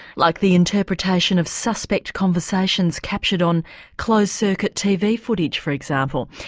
like the interpretation of suspect conversations captured on closed circuit tv footage for example.